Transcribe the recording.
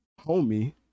homie